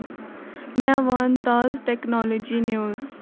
مےٚ ون تازٕ ٹیکنالوجی نیوز